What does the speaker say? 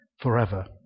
forever